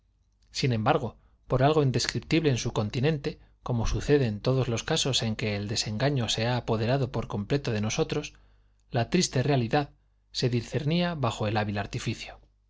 sin embargo por algo indescriptible en su continente como sucede en todos los casos en que el desengaño se ha apoderado por completo de nosotros la triste realidad se discernía bajo el hábil artificio